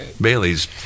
Bailey's